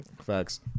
Facts